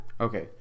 Okay